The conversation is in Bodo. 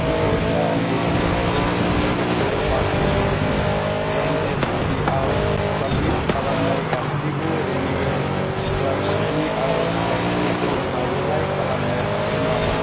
नैरोजा नैजि जों लोगोसे बाहायगिरिनि एनएसपिआव साबमिट खालामनाय गासिबो रिनिउयेल स्कलारसिप आर'जलाइफोरखौ फारिलाइ खालामनो हागोन नामा